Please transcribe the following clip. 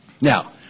Now